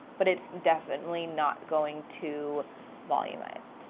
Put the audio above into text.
but it's definitely not going to volumize.